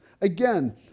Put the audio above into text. Again